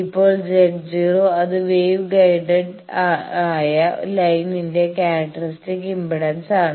ഇപ്പോൾ Z0 അത് wave guided ആയ ലൈനിന്റെ ക്യാരക്ടറിസ്റ്റിക് ഇംപെഡൻസ് ആണ്